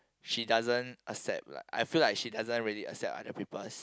she doesn't accept lah I feel like she doesn't really accept other peoples